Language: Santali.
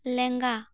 ᱞᱮᱸᱜᱟ